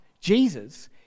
Jesus